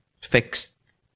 fixed